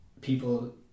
people